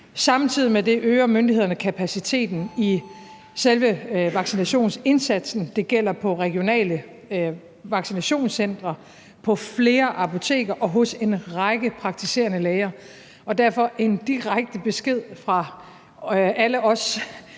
samtidig med det øger myndighederne kapaciteten for selve vaccinationsindsatsen. Det gælder de regionale vaccinationscentre, flere apoteker og hos en række praktiserende læger. Derfor en direkte besked fra alle os